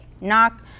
Knock